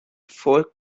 folk